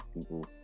people